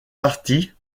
partie